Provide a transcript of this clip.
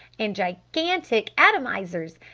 and gigantic atomizers!